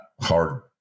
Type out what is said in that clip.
hard